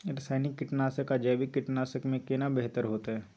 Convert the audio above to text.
रसायनिक कीटनासक आ जैविक कीटनासक में केना बेहतर होतै?